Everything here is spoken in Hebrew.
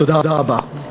תודה רבה.